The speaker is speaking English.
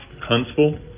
Huntsville